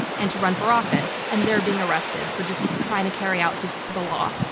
and to run for office. and they're being arrested for just trying to carry out the law.